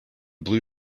blue